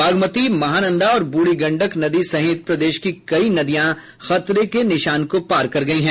बागमती महानंदा और ब्रूढ़ी गंडक नदी सहित प्रदेश के कई नदियां खतरे के निशान को पार कर गयी है